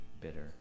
bitter